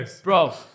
Bro